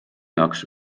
jaoks